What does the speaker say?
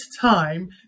time